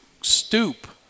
stoop